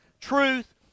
truth